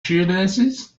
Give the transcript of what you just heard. shoelaces